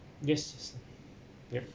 yes yes yup